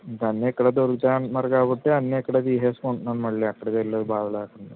ఇంక అన్నీ ఇక్కడ దొరుకుతాయి అంటున్నారు కాబట్టి అన్నీ ఇక్కడే తీసుకుంటాను మళ్ళీ ఎక్కడికి వెళ్ళే బాధ లేకుండా